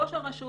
ראש הרשות.